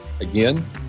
Again